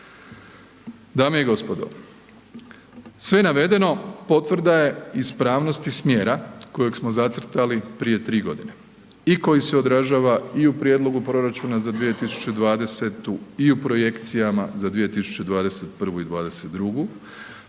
Dame i gospodo, sve navedeno potvrda je ispravnosti smjera kojeg smo zacrtali prije 3.g. i koji se odražava i u prijedlogu proračuna za 2020. i u projekcijama za 2021. i '22,